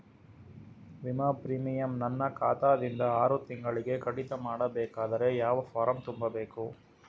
ವಿಮಾ ಪ್ರೀಮಿಯಂ ನನ್ನ ಖಾತಾ ದಿಂದ ಆರು ತಿಂಗಳಗೆ ಕಡಿತ ಮಾಡಬೇಕಾದರೆ ಯಾವ ಫಾರಂ ತುಂಬಬೇಕು?